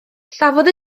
safodd